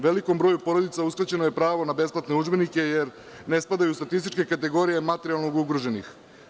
Velikom broju porodica je uskraćeno pravo na besplatne udžbenike jer ne spadaju u statističke kategorije materijalno ugroženih.